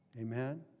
Amen